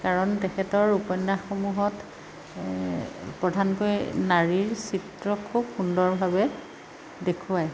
কাৰণ তেখেতৰ উপন্য়াসসমূহত প্ৰধানকৈ নাৰীৰ চিত্ৰ খুব সুন্দৰভাৱে দেখুৱায়